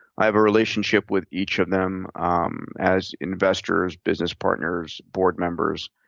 i have a relationship with each of them um as investors, business partners, board members,